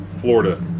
Florida